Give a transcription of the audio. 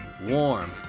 warm